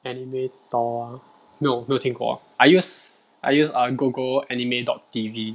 anime tower no 没有听过啊 I use I use err go go anime dot T_V